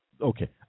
Okay